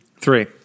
Three